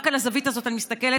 רק על הזווית הזאת אני מסתכלת,